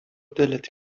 دلت